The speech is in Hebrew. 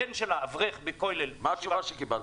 הבן שלה אברך בכולל -- מה התשובה שקיבלת?